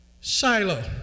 Shiloh